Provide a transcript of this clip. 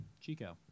Chico